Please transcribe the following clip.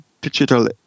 digital